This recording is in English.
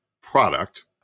product